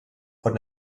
von